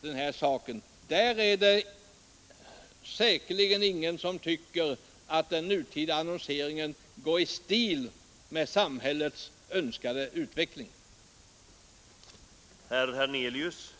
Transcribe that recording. Där är det säkerligen ingen som tycker att den nutida annonseringen är i stil med den utveckling som vi önskar i samhället.